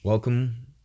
Welcome